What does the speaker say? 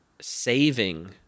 saving